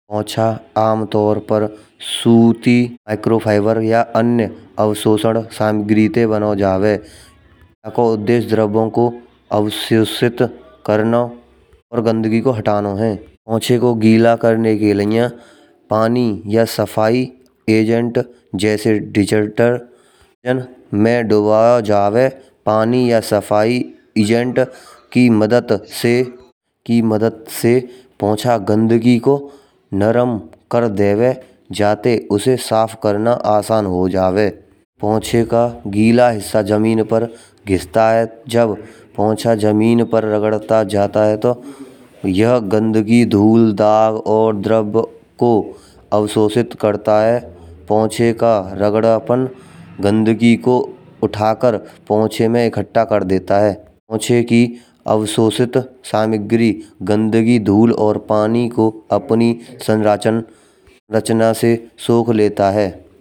पोंछा आमतौर पर सूती माइक्रो फाइबर या अन्य अवशोषण सामग्री ते बना जावे जाको उद्देश्य द्रबो को अवशोषित करनो और गंदगी को हटानो है। पोंछे को गीला करने को लिया पानी या सफाई एजेंट जैसे डिटर्जेंट मा दबाया जावे। पानी या सफाई एजेंट की मदद से पोंछा गंदगी को नरम कर देवे जातें, उसे साफ करना आसान हो जावे। पोंछे का गीला हिस्सा जमीन पर घिसता है जब पोंछा जमीन पर रगड़ता जाता है तो यहा गंदगी, धूल, दाग और द्रब को अवशोषित करता है। पोंछे का रगड़ापन गंदगी को उठाकर पोंछे में इकट्ठा कर देता है। पोंछे की अवशोषित सामग्री गंदगी, धूल और पानी को अपनी संरचना से सोख लेता है।